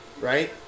right